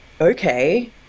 okay